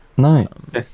nice